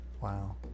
Wow